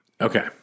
Okay